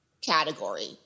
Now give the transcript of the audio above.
category